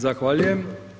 Zahvaljujem.